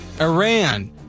Iran